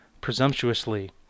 presumptuously